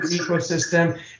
ecosystem